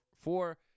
four